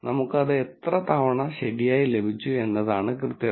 നമുക്ക് അത് എത്ര തവണ ശരിയായി ലഭിച്ചു എന്നതാണ് കൃത്യത